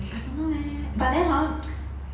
I don't know leh but then hor